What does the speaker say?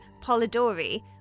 polidori